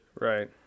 Right